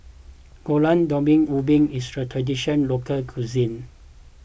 Gulai Daun Ubi is a tradition local cuisine